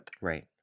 Right